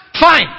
Fine